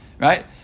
right